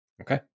Okay